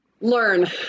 learn